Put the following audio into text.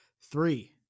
three